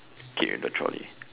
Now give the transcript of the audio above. kid with the trolley